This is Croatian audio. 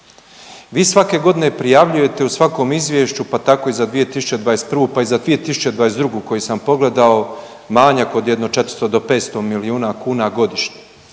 Vi svake godine prijavljujete u svakom izvješću, pa tako i za 2021. pa i za 2022. koji sam pogledao manjak od jedno 400 do 500 milijuna kuna godišnje.